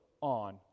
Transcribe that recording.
on